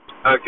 Okay